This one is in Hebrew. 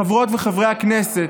חברות וחברי הכנסת,